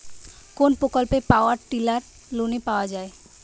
কোন প্রকল্পে power tiller লোনে পাওয়া য়ায়?